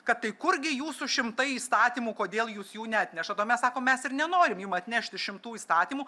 kad tai kurgi jūsų šimtai įstatymų kodėl jūs jų neatnešat o mes sako mes ir nenorim jums atnešti šimtų įstatymų